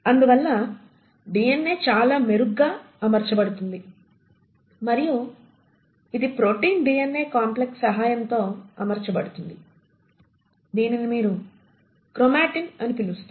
అందువల్ల డిఎన్ఏ చాలా మెరుగ్గా అమర్చబడుతుంది మరియు ఇది ప్రోటీన్ డిఎన్ఏ కాంప్లెక్స్ సహాయంతో అమర్చబడుతుంది దీనిని మీరు క్రోమాటిన్ అని పిలుస్తారు